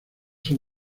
son